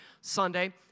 Sunday